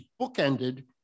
bookended